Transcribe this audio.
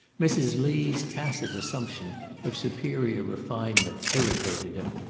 mrs. lee's tacit assumption of superior refinement irritated him,